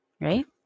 Right